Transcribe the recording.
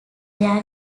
their